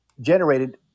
generated